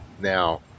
now